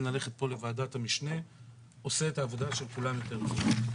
ללכת פה לוועדת המשנה עושה את העבודה של כולם יותר טובה.